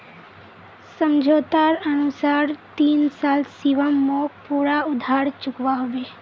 समझोतार अनुसार तीन साल शिवम मोक पूरा उधार चुकवा होबे